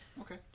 Okay